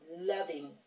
loving